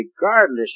regardless